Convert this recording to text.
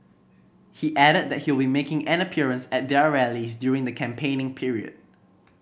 he added that he will making an appearance at their rallies during the campaigning period